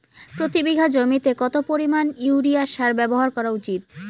প্রতি বিঘা জমিতে কত পরিমাণ ইউরিয়া সার ব্যবহার করা উচিৎ?